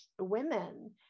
women